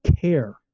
care